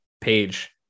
page